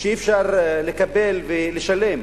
שאי-אפשר לקבל ולשלם,